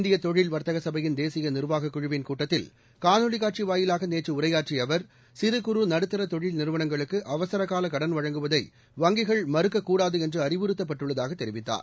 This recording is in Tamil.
இந்திய தொழில் வர்த்தக சபையின் தேசிய நிர்வாக குழுவின் கூட்டத்தில் காணொலிக் காட்சி வாயிலாக நேற்று உரையாற்றிய அவர் சிறு குறு நடுத்தர தொழில் நிறுவனங்களுக்கு அவசர கால கடன் வழங்குவதை வங்கிகள் மறுக்கக்கூடாது என்று அறிவுறுத்தப்பட்டுள்ளதாக தெரிவித்தார்